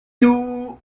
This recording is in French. nous